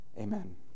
Amen